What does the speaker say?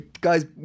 Guys